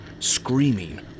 screaming